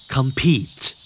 Compete